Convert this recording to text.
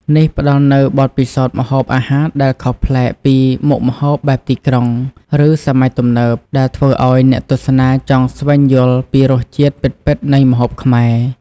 នេះផ្តល់នូវបទពិសោធន៍ម្ហូបអាហារដែលខុសប្លែកពីមុខម្ហូបបែបទីក្រុង ឬសម័យទំនើប ដែលធ្វើឲ្យអ្នកទស្សនាចង់ស្វែងយល់ពីរសជាតិពិតៗនៃម្ហូបខ្មែរ។